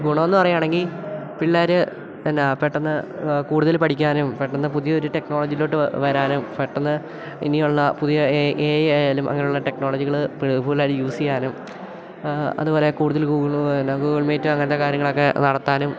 ഗുണം എന്ന് പറയുകയാണെങ്കിൽ പിള്ളേർ എന്നാ പെട്ടെന്ന് കൂടുതൽ പഠിക്കാനും പെട്ടെന്ന് പുതിയൊരു ടെക്നോളജീലോട്ട് വരാനും പെട്ടെന്ന് ഇനിയൊള്ള പുതിയ എഐ ആയാലും അങ്ങനെയുള്ള ടെക്നോളജികൾ ഫുള്ള് ഫുള്ള് ആയിട്ട് യൂസ് ചെയ്യാനും അതുപോലെ കൂടുതൽ ഗൂഗിള് എന്നാ ഗൂഗിൾ മീറ്റ് അങ്ങനെത്തെ കാര്യങ്ങളൊക്കെ നടത്താനും